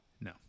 no